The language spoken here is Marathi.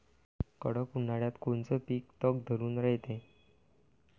कडक उन्हाळ्यात कोनचं पिकं तग धरून रायते?